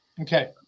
Okay